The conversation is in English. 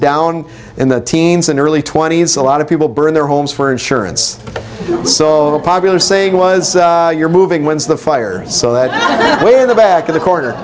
down in the teens and early twenty's a lot of people burned their homes for insurance so popular saying was you're moving when's the fire so that way in the back of the corner